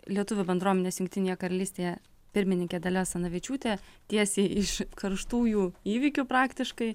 lietuvių bendruomenės jungtinėje karalystėje pirmininkė dalia asanavičiūtė tiesiai iš karštųjų įvykių praktiškai